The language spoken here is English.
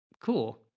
Cool